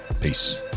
Peace